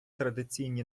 традиційні